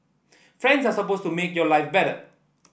friends are supposed to make your life better